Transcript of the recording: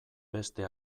beste